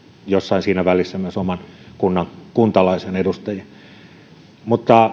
jossain siinä välissä myös oman kunnan kuntalaisten edustajia mutta